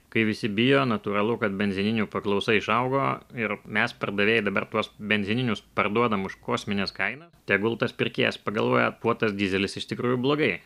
kai visi bijo natūralu kad benzininių paklausa išaugo ir mes pardavėjai dabar tuos benzininius parduodam už kosmines kainas tegul tas pirkėjas pagalvoja kuo tas dyzelis iš tikrųjų blogai